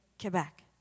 Quebec